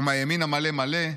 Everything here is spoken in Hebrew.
ומהימין המלא מלא,